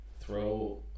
throw